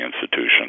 institution